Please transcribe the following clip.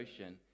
Ocean